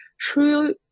true